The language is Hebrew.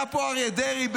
היה אריה דרעי.